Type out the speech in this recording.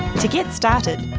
to get started,